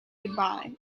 goodbye